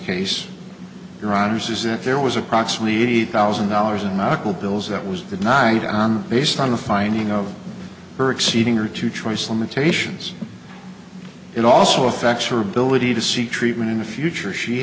case your honor says that there was approximately eighty thousand dollars in medical bills that was that night on based on the finding of her exceeding her to choice limitations it also affects her ability to seek treatment in the future she